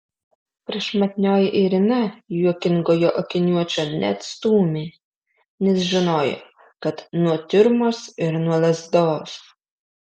prašmatnioji irina juokingojo akiniuočio neatstūmė nes žinojo kad nuo tiurmos ir nuo lazdos